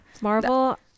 Marvel